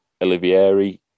Olivieri